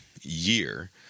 year